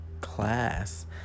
class